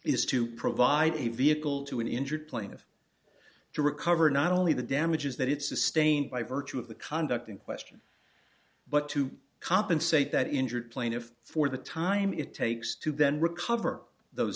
is to provide a vehicle to an injured plaintiff to recover not only the damages that it sustained by virtue of the conduct in question but to compensate that injured plaintiff for the time it takes to then recover those